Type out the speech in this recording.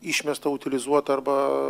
išmesta utilizuot arba